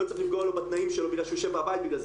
לא צריך לפגוע לו בתנאים בגלל שהוא יושב בבית בגלל זה,